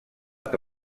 que